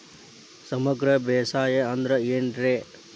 ಸಮಗ್ರ ಬೇಸಾಯ ಅಂದ್ರ ಏನ್ ರೇ?